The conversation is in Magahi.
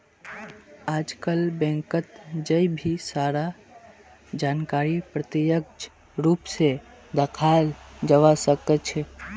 आजकल बैंकत जय भी सारा जानकारीक प्रत्यक्ष रूप से दखाल जवा सक्छे